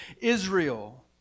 Israel